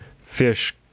fish